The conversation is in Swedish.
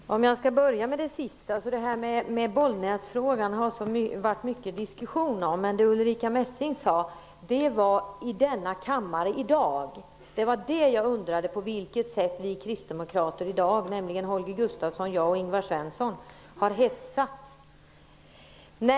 Herr talman! Jag skall börja med det sista. De har varit mycket diskussion om debatten i Bollnäs. Det jag frågade Ulrica Messing om vad hon hört i denna kammare i dag. Det jag undrade var på vilket sätt vi kristdemokrater i dag -- nämligen Holger Gustafsson, jag och Ingvar Svensson -- har hetsat.